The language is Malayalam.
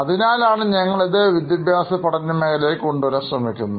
അതിനാലാണ് ഞങ്ങളിത് വിദ്യാഭ്യാസ പഠന മേഖലയിലേക്ക് കൊണ്ടുവരാൻ ശ്രമിക്കുന്നത്